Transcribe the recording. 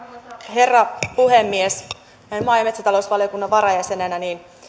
herra puhemies näin maa ja metsätalousvaliokunnan varajäsenenä